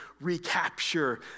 recapture